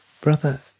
Brother